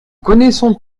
connaissons